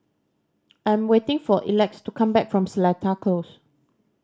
I'm waiting for Elex to come back from Seletar Close